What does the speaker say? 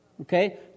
Okay